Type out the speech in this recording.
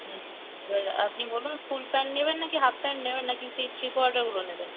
আপনি বলুন full pant নেবেন না কি হাফ প্যান্ট নেবেন না কি থ্রি থ্রি কোয়াটারগুলো নেবেন